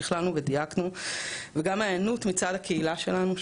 שכללנו ודייקנו את הפרויקט וגם ההיענות אליו מצד הקהילה שלנו,